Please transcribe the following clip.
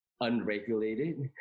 unregulated